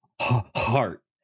heart